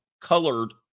colored